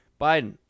Biden